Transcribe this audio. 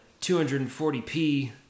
240p